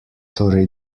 torej